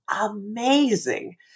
amazing